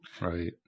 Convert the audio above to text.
right